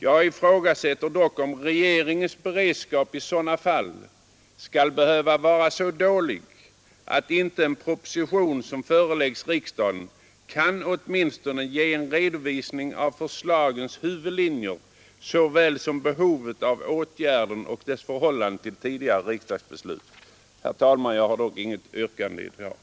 Jag ifrågasätter dock om regeringens beredskap i sådana fall skall behöva vara så dålig att inte en proposition som föreläggs riksdagen kan åtminstone ge en redovisning av förslagens huvudlinjer såväl som behovet av åtgärden och dess förhållande till tidigare riksdagsbeslut. Herr talman! Jag har dock inget yrkande i dag.